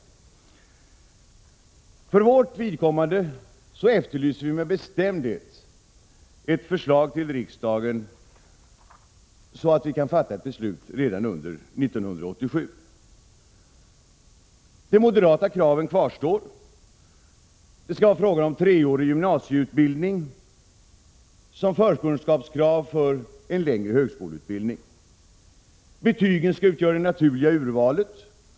För vårt vidkommande efterlyser vi med bestämdhet ett förslag till riksdagen så att vi kan fatta ett beslut redan under 1987. De moderata kraven kvarstår. En treårig gymnasieutbildning skall vara förkunskapskrav för en längre högskoleutbildning. Betygen skall utgöra det naturliga urvalet.